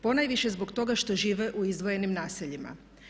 Ponajviše zbog toga što žive u izdvojenim naseljima.